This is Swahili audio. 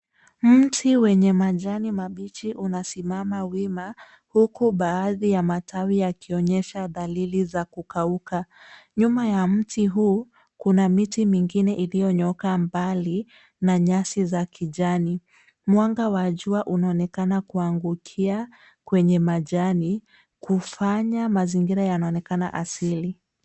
Mti wenye majani mabichi unasimama wima huku baadhi ya matawi yakinyesha dalili za kukauka. Nyuma ya mti huu, kuna miti mengine iliyonyooka mbali na nyasi za kijani. Mwanga wa jua unaonekana kuangukia kwenye majani kufanya mazingira yanaonekana asili.